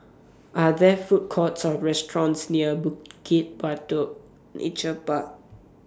Are There Food Courts Or restaurants near Bukit Batok Nature Park